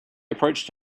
approached